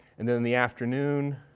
and then in the afternoon,